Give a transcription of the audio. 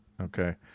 Okay